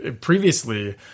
previously